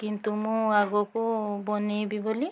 କିନ୍ତୁ ମୁଁ ଆଗକୁ ବନାଇବି ବୋଲି